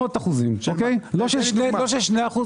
לא 2%,